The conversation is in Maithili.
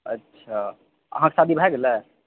अच्छा अहाँके शादी भए गेलै